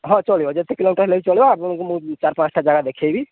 ହଁ ଚଳିବ ଯେତେ କିଲୋମିଟର ହେଲେବି ଚଳିବ ଆପଣଙ୍କୁ ଚାର ପାଞ୍ଚଟା ଜାଗା ଦେଖେଇବି